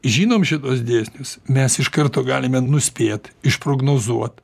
žinom šituos dėsnius mes iš karto galime nuspėt išprognozuot